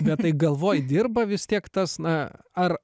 bet tai galvoj dirba vis tiek tas na ar